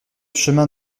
chemin